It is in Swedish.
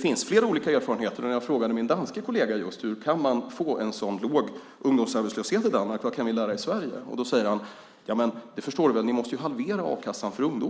finns det flera olika erfarenheter. Jag frågade min danske kollega om hur man kunnat få en sådan låg arbetslöshet i Danmark och vad vi skulle kunna lära av. Då sade han: Det förstår du väl. Ni måste ju halvera a-kassan för ungdomar.